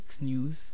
news